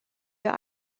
wir